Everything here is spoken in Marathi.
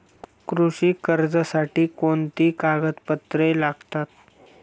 कृषी कर्जासाठी कोणती कागदपत्रे लागतात?